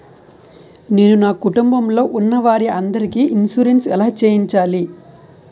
నేను నా కుటుంబం లొ ఉన్న వారి అందరికి ఇన్సురెన్స్ ఎలా చేయించాలి?